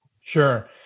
Sure